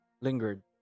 lingered